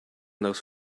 those